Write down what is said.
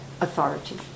authority